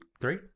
three